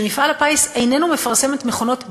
שמפעל הפיס איננו מפרסם את המכונות בכלל.